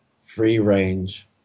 free-range